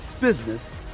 business